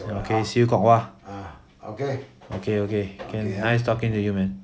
okay see you kok hua okay okay can nice talking to you man